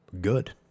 good